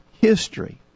history